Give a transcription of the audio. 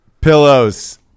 Pillows